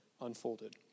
unfolded